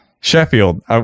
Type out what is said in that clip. Sheffield